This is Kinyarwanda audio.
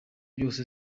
byose